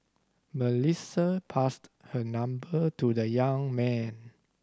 Melissa passed her number to the young man